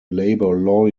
labour